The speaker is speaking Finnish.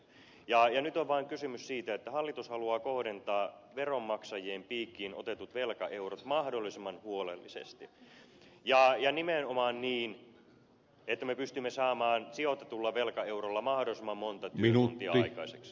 nyt on vain kysymys siitä että hallitus haluaa kohdentaa veronmaksajien piikkiin otetut velkaeurot mahdollisimman huolellisesti ja nimenomaan niin että me pystymme saamaan sijoitetulla velkaeurolla mahdollisimman monta työpaikkaa aikaiseksi